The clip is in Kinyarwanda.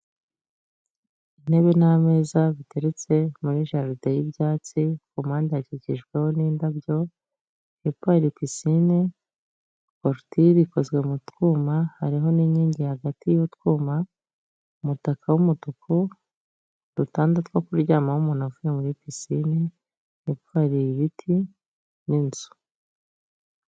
Intebe n'ameza biteretse muri jaride y'ibyatsi, ku mpande hakikijweho n'indabyo, hepfo hari pisine, korotire ikozwe mu twuma, hariho n'inkingi hagati y'utwuma, umutaka w'umutuku, udutanda two kuryamaho umuntu avuye muri pisine, hepfo nhari ibiti n'inzu.